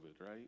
right